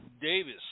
Davis